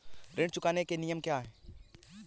ऋण चुकाने के नियम क्या हैं?